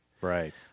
right